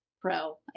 pro